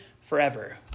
forever